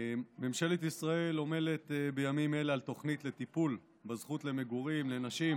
ממשלת ישראל עומלת בימים אלה על תוכנית לטיפול בזכות למגורים לנשים,